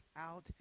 out